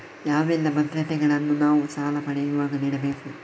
ಯಾವೆಲ್ಲ ಭದ್ರತೆಗಳನ್ನು ನಾನು ಸಾಲ ಪಡೆಯುವಾಗ ನೀಡಬೇಕು?